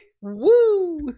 Woo